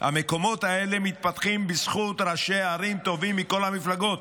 המקומות האלה מתפתחים בזכות ראשי ערים טובים מכל המפלגות,